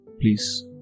please